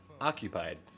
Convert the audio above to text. Occupied